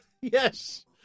Yes